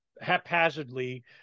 haphazardly